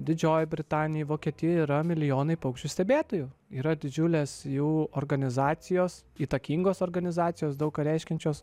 didžiojoj britanijoj vokietijoj yra milijonai paukščių stebėtojų yra didžiulės jų organizacijos įtakingos organizacijos daug ką reiškiančios